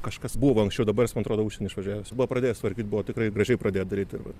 kažkas buvo anksčiau dabar jis man atrodo į užsienį išvažiavęs buvo pradėjęs tvarkyt buvo tikrai gražiai pradėję daryti